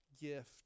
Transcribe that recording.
gift